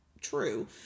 true